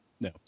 No